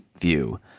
view